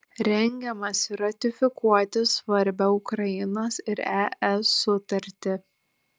rengiamasi ratifikuoti svarbią ukrainos ir es sutartį